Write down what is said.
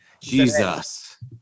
Jesus